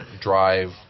drive